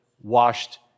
Washed